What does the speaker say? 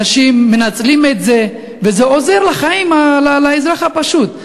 אנשים מנצלים את זה וזה עוזר לחיים של האזרח הפשוט.